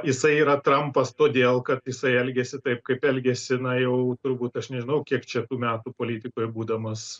jisai yra trampas todėl kad jisai elgiasi taip kaip elgiasi na jau turbūt aš nežinau kiek čia tų metų politikoj būdamas